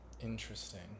interesting